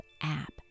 App